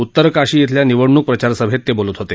उत्तरकाशी अल्या निवडणूक प्रचार सभेत ते बोलत होते